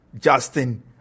Justin